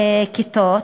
הכיתות,